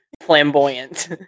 flamboyant